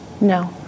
No